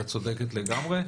את צודקת לגמרי,